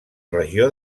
regió